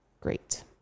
great